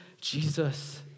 Jesus